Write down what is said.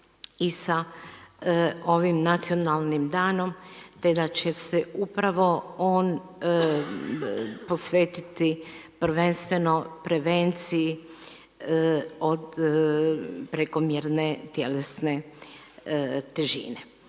i sa ovim nacionalnim danom, te da će se upravo on posvetiti prvenstveno prevenciji od prekomjerne tjelesne težine.